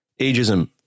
ageism